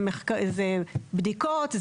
זה בדיקות,